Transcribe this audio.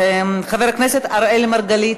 חבר הכנסת אראל מרגלית,